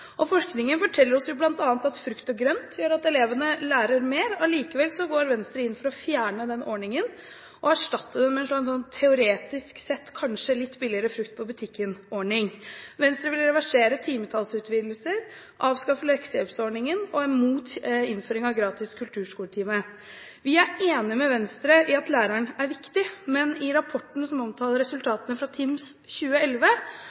forskningen. Forskningen forteller oss blant annet at frukt og grønt gjør at elevene lærer mer. Allikevel går Venstre inn for å fjerne den ordningen og erstatte den med en, teoretisk sett kanskje, litt-billigere-frukt-på-butikken-ordning. Venstre vil reversere timetallsutvidelser, avskaffe leksehjelpordningen og er imot innføring av gratis kulturskoletime. Vi er enig med Venstre i at læreren er viktig, men i rapporten som omtaler resultatene fra TIMSS 2011,